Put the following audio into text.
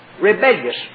rebellious